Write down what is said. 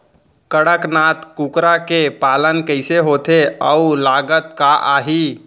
कड़कनाथ कुकरा के पालन कइसे होथे अऊ लागत का आही?